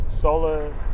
solar